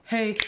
Hey